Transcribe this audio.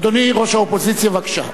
אדוני ראש האופוזיציה, בבקשה.